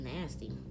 nasty